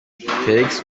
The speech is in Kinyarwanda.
felix